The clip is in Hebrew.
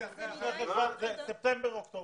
ספטמבר-אוקטובר.